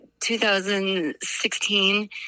2016